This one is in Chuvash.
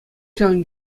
ҫавӑн